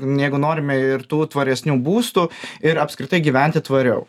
jeigu norime ir tų tvaresnių būstų ir apskritai gyventi tvariau